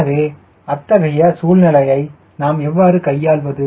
எனவே அத்தகைய சூழ்நிலையை நாம் எவ்வாறு கையாள்வது